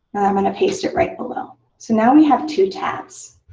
i'm going to paste it right below. so now we have two tabs